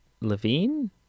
Levine